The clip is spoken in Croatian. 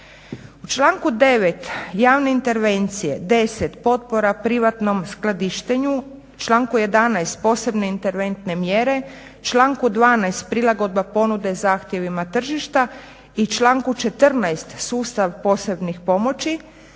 U članku 9. javne intervencije, 10. potpora privatnom skladištenju, članku 11. posebne interventne mjere, članku 12. prilagodba ponude zahtjevima tržišta i članku 14. sustav posebnih pomoći,